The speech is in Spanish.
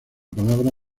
palabra